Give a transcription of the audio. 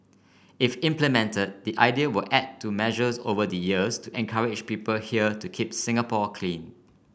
if implemented the idea will add to measures over the years to encourage people here to keep Singapore clean